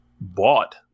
bought